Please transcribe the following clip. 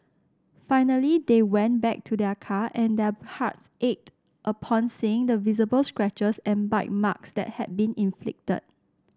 finally they went back to their car and their hearts ached upon seeing the visible scratches and bite marks that had been inflicted